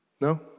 No